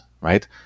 right